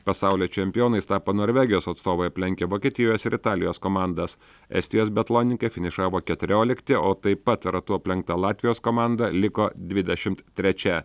pasaulio čempionais tapo norvegijos atstovai aplenkę vokietijos ir italijos komandas estijos biatlonininkai finišavo keturiolikti o taip pat ratu aplenkta latvijos komanda liko dvidešimt trečia